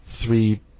Three